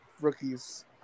rookies